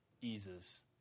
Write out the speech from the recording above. eases